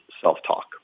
self-talk